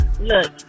Look